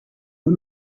nur